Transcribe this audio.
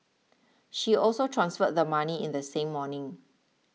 she also transferred the money in the same morning